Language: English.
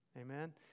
Amen